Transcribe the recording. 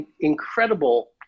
incredible